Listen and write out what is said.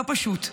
לא פשוט,